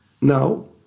Now